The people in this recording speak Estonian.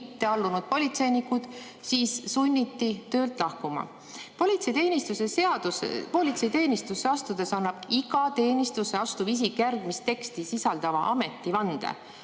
mitte allunud politseinikud sunniti töölt lahkuma. Politseiteenistusse astudes annab iga teenistusse astuv isik järgmist teksti sisaldava ametivande.